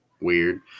weird